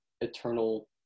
eternal